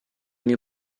mio